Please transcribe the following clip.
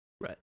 Right